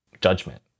judgment